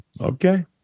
Okay